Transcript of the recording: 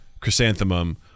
Chrysanthemum